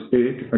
eight